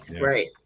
Right